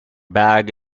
bag